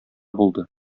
булды